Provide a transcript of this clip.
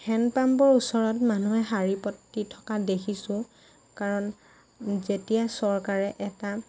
hand পাম্পৰ ওচৰত মানুহে শাৰী পাতি থকা দেখিছোঁ কাৰণ যেতিয়া চৰকাৰে এটা